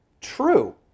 true